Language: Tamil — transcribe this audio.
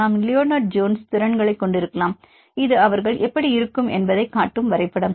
நாம் லியோனார்ட் ஜோன்ஸ் திறன்களைக் கொண்டிருக்கலாம் இது அவர்கள் எப்படி இருக்கும் என்பதை காட்டும் வரைபடம்